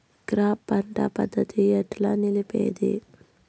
Crop పంట పద్ధతిని ఎట్లా నిలిపేది?